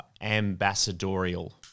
ambassadorial